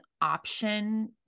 option